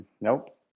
Nope